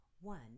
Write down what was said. one